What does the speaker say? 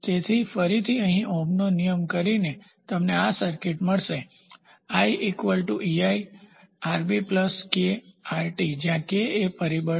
તેથી ફરીથી અહીં ઓહમના નિયમનો ઉપયોગ કરીને તમને આ સર્કિટ મળશે જ્યાં k એ પરિબળ છે